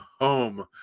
home